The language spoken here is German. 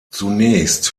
zunächst